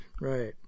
right